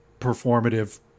performative